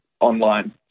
online